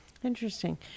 Interesting